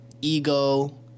ego